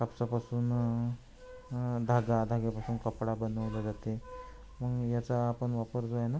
कापसापासून धागा धाग्यापासून कपडा बनवला जाते मग याचा आपण वापर जो आहे ना